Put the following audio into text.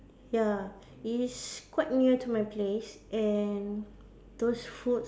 ya it is quite near to my place and those food